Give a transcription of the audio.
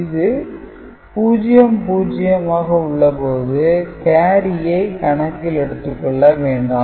இது 00 ஆக உள்ளபோது கேரியை கணக்கில் எடுத்துக் கொள்ள வேண்டாம்